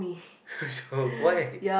so why